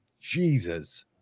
Jesus